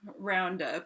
roundup